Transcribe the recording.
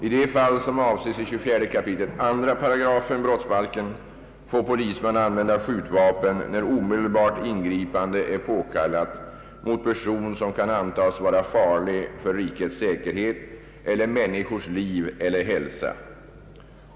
I de fall som avses i 24 kap. 2 § brottsbalken, får polisman använda skjutvapen, när omedelbart ingripande är påkallat mot person som kan antas vara farlig för rikets säkerhet eller människors liv eller hälsa.